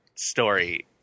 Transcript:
story